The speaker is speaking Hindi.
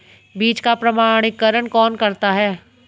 बीज का प्रमाणीकरण कौन करता है?